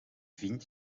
vind